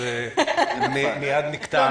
אז מייד נקטע.